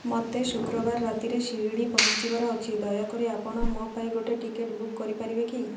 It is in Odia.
ମୋତେ ଶୁକ୍ରବାର ରାତିରେ ଶିରିଡ଼ି ପହଞ୍ଚିବାର ଅଛି ଦୟାକରି ଆପଣ ମୋ ପାଇଁ ଗୋଟେ ଟିକେଟ୍ ବୁକ୍ କରିପାରିବେ କି